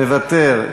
מוותר.